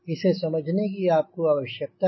इसे समझने की आपको आवश्यकता है